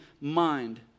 mind